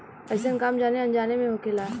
अइसन काम जाने अनजाने मे होखेला